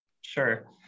Sure